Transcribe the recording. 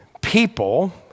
people